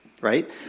right